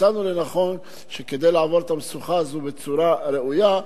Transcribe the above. חשבנו שכדי לעבור את המשוכה הזאת בצורה ראויה,